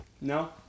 no